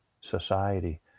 society